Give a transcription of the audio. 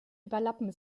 überlappen